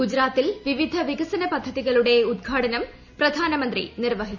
ഗുജറാത്തിൽ വിവിധ ്വികസന പദ്ധതികളുടെ ഉദ്ഘാടനം പ്രധാനമന്ത്രി നിർവഹിച്ചു